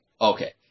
Okay